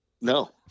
No